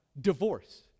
divorce